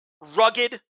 rugged